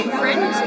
friend